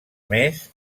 més